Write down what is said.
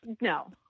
no